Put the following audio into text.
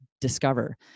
discover